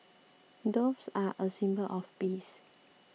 doves are a symbol of peace